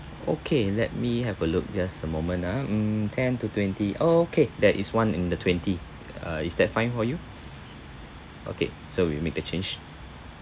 okay let me have a look just a moment ah mm ten to twenty okay that is one in the twenty uh is that fine for you okay so we'll make the change